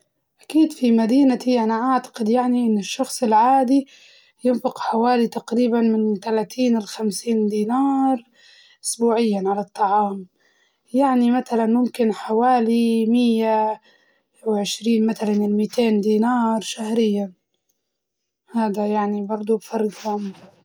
أكيد في مدينتي أنا أعتقد يعني إن الشخص العادي ينفق حوالي تقريباً من ثلاثين لخمسين دينار أسبوعياً على الطعام، يعني متلاً ممكن حوالي مئة وعشرين متلاً لمئتين دينار شهرياً هدا يعني برضه بفرق العملة.